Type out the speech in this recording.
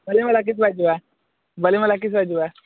ବାଲିମେଳା କି କୁଆଡ଼େ ଯିବା ବାଲିମେଳା କିସରେ ଯିବା